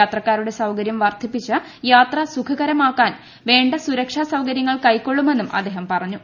യാത്രക്കാരുടെ സൌകര്യം വർദ്ധിപ്പിച്ച് യാത്ര സുഖകരമാക്കാൻ വേണ്ട സുരക്ഷാ സൌകര്യങ്ങൾ കൈക്കൊള്ളുമെന്നും അദ്ദേഹം പറഞ്ഞു